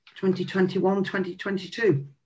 2021-2022